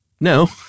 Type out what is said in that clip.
No